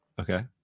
Okay